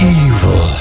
evil